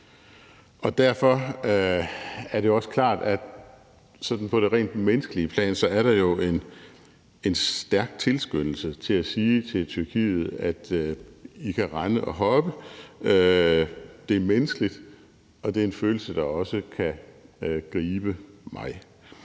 Derfor er det også klart, at sådan på det rent menneskelige plan er der jo en stærk tilskyndelse til at sige til Tyrkiet, at de kan rende og hoppe. Det er menneskeligt, og det er en følelse, der også kan gribe mig.